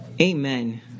Amen